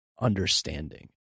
understanding